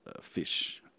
fish